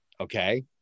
okay